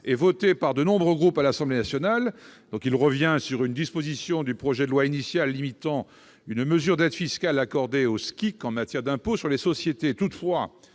et voté par de nombreux groupes à l'Assemblée nationale, vise à revenir sur une disposition du projet de loi de finances initial limitant une mesure d'aide fiscale accordée aux SCIC en matière d'impôt sur les sociétés. Toutefois,